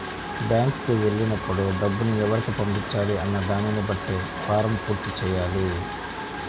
బ్యేంకుకి వెళ్ళినప్పుడు డబ్బుని ఎవరికి పంపించాలి అన్న దానిని బట్టే ఫారమ్ పూర్తి చెయ్యాలి